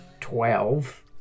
twelve